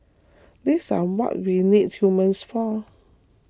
these are what we need humans for